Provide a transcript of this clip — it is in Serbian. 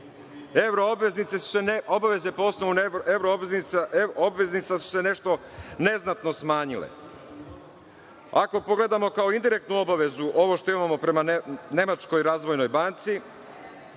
evroobveznica su se nešto neznatno smanjile. Ako pogledamo kao indirektnu obavezu ovo što imamo prema Nemačkoj razvojnoj banci,